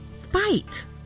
fight